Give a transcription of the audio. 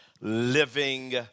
living